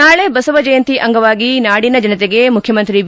ನಾಳೆ ಬಸವ ಜಯಂತಿ ಅಂಗವಾಗಿ ನಾಡಿನ ಜನತೆಗೆ ಮುಖ್ಯಮಂತ್ರಿ ಬಿ